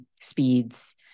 speeds